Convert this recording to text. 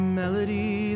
melody